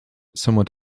somewhat